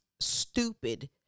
stupid